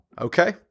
Okay